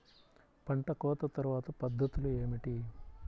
పంట కోత తర్వాత పద్ధతులు ఏమిటి?